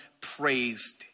praised